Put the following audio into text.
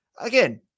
Again